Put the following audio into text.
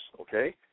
okay